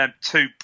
Two